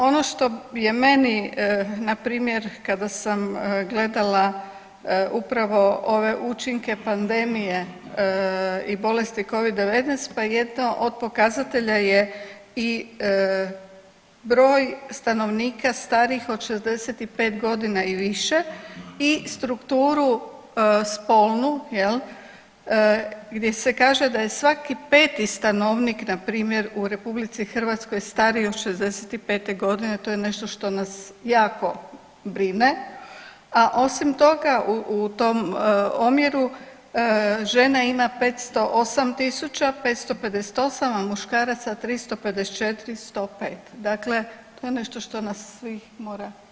Ono što je meni npr. kada sam gledala upravo ove učinke pandemije i bolesti covid-19, pa jedno od pokazatelja je i broj stanovnika starijih od 65.g. i više i strukturu spolnu jel gdje se kaže da je svaki peti stanovnik npr. u RH stariji od 65.g., to je nešto što nas jako brine, a osim toga u tom omjeru žena ima 508.558, a muškaraca 354.105, dakle to je nešto što nas svih mora brinut.